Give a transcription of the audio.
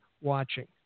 watching